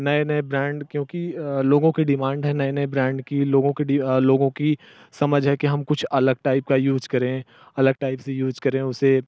नए नए ब्रैंड क्योंकि लोगों की डिमांड है नए नए ब्रैंड की लोगों की डि लोगों की समझ है कि हम कुछ अलग टाइप का यूज़ करें अलग टाइप से यूज़ करें उसे